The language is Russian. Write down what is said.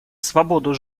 свободу